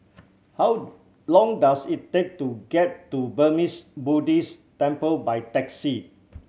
how long does it take to get to Burmese Buddhist Temple by taxi